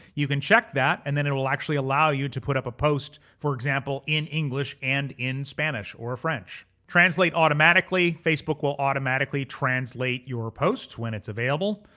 you can check that and then it will actually allow you to put up a post, for example, in english and in spanish or french. translate automatically, facebook will automatically translate your posts when it's available.